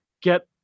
get